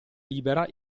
libera